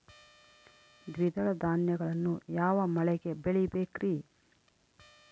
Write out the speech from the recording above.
ದ್ವಿದಳ ಧಾನ್ಯಗಳನ್ನು ಯಾವ ಮಳೆಗೆ ಬೆಳಿಬೇಕ್ರಿ?